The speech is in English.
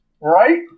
Right